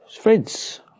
friends